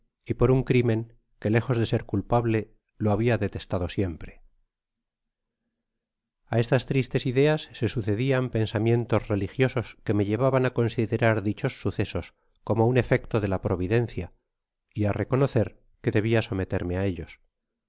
y por un crimen que lejos de ser culpable lo habia detestado siemprel a estas tristes ideas se sucedian pensamientos religiosos que me llevaban á considerar dichos sucesos como un efecto de la providencia y á reconocer que debia someterme á ellos